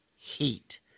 heat